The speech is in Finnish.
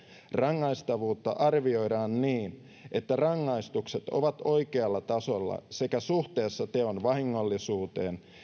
rangaistavuutta arvioidaan niin että rangaistukset ovat oikealla tasolla sekä suhteessa teon vahingollisuuteen